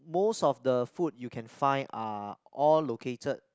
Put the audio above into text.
most of the food you can find are all located